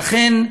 לכן,